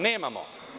Nemamo.